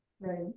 Right